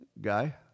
guy